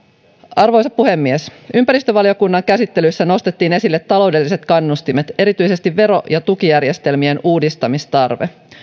arvoisa puhemies ympäristövaliokunnan käsittelyssä nostettiin esille taloudelliset kannustimet erityisesti vero ja tukijärjestelmien uudistamistarve